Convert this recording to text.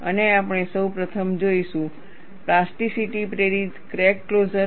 અને આપણે સૌ પ્રથમ જોઈશું પ્લાસ્ટિસિટી પ્રેરિત ક્રેક ક્લોઝર